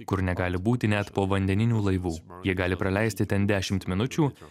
kur negali būti net povandeninių laivų jie gali praleisti ten dešimt minučių